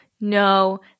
no